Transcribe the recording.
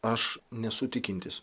aš nesu tikintis